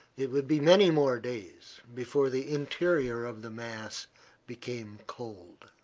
it would be many more days before the interior of the mass became cold.